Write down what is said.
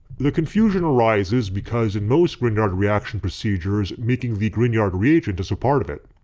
the confusion arises because in most grignard reaction procedures making the grignard reagent is a part of it.